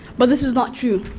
but this is not true.